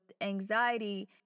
anxiety